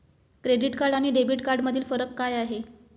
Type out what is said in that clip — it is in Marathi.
क्रेडिट कार्ड आणि डेबिट कार्डमधील फरक काय आहे?